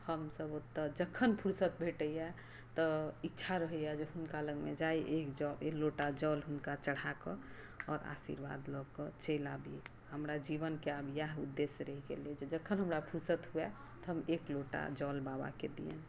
हमसब ओतऽ जखन फुरसत भेटैया तऽ इच्छा रहैया जे हुनका लगमे जाय एक लोटा जल हुनका चढ़ा कऽ आओर आशीर्वाद लऽ कऽ चलि आबी हमरा जीवनके आब इएह उदेश्य रहि गेल अइ जे जखन हमरा फुरसत हुए तऽ हम एक लोटा जल बाबाकेँ दियनि